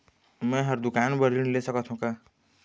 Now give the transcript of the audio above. मैं हर दुकान बर ऋण ले सकथों का?